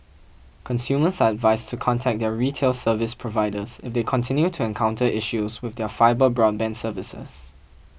consumers advised to contact their retail service providers if they continue to encounter issues with their fibre broadband services